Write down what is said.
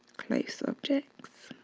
close subjects.